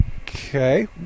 Okay